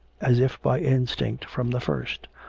as if by instinct, from the first.